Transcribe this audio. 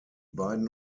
beiden